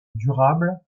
durable